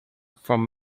from